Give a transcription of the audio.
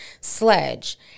Sledge